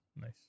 Nice